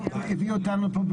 הביאו אותנו מתוך דיון